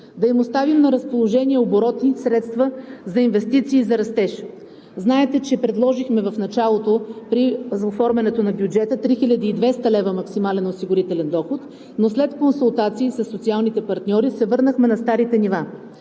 да им оставим на разположение оборотни средства за инвестиции за растеж. Знаете, че предложихме в началото при оформянето на бюджета 3200 лв. максимален осигурителен доход, но след консултации със социалните партньори се върнахме на старите нива.